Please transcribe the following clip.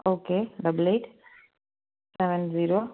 okay double eight seven zero